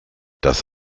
das